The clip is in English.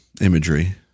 imagery